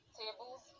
tables